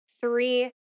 three